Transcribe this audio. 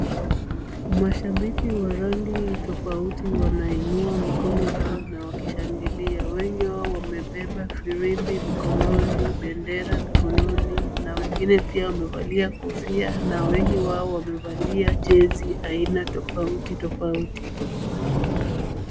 Mashabiki wa rangi tofauti wanainua mikono juu na wakishangilia. Wengi wao wamebeba firimbi mikononi, bendera mikononi, wengine wamevalia kofia. Wengi wao wamevalia jezi aina tofauti tofauti.